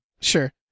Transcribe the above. Sure